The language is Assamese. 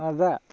অ' দাদা